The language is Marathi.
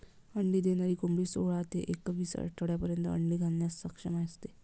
अंडी देणारी कोंबडी सोळा ते एकवीस आठवड्यांपर्यंत अंडी घालण्यास सक्षम असते